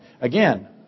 Again